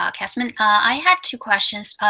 ah kasman. i have two questions.